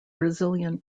brazilian